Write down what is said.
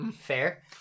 Fair